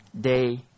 day